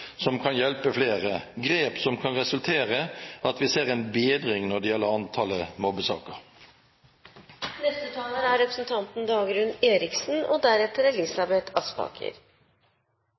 som kan hjelpe flere – grep som kan resultere i at vi ser en bedring når det gjelder antallet mobbesaker. Det er